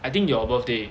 I think your birthday